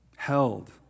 held